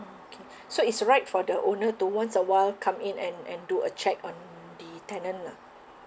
okay so it's right for the owner to once a while come in and and do a check on the tenant lah